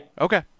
Okay